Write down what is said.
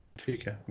Okay